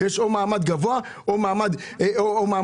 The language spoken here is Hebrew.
יש או מעמד גבוה או מעמד נמוך,